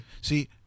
See